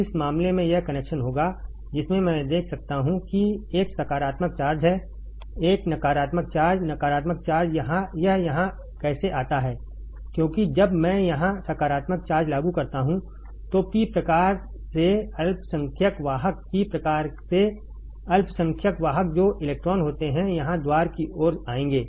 इस मामले में यह कनेक्शन होगा जिसमें मैं देख सकता हूं कि एक सकारात्मक चार्ज है एक नकारात्मक चार्ज नकारात्मक चार्ज यह यहां कैसे आता है क्योंकि जब मैं यहां सकारात्मक चार्ज लागू करता हूं तो P प्रकार से अल्पसंख्यक वाहक P प्रकार से अल्पसंख्यक वाहक जो इलेक्ट्रान होते हैं यहां द्वार की ओर आएंगे